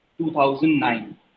2009